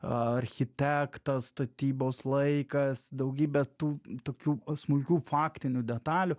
architektą statybos laikas daugybę tų tokių smulkių faktinių detalių